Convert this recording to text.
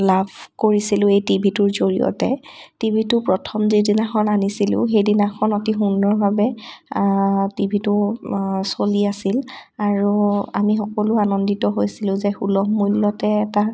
লাভ কৰিছিলোঁ এই টিভিটোৰ জৰিয়তে টিভিটো প্ৰথম যিদিনাখন আনিছিলোঁ সেইদিনাখন অতি সুন্দৰভাৱে টিভিটো চলি আছিল আৰু আমি সকলো আনন্দিত হৈছিলোঁ যে সুলভ মূল্য়তে এটা